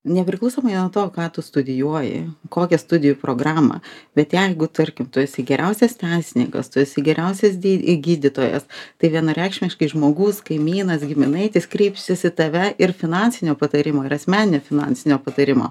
nepriklausomai nuo to ką tu studijuoji kokią studijų programą bet jeigu tarkim tu esi geriausias teisininkas tu esi geriausias dy gydytojas tai vienareikšmiškai žmogus kaimynas giminaitis kreipsis į tave ir finansinio patarimo ir asmeninio finansinio patarimo